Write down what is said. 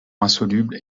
insolubles